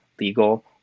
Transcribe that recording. legal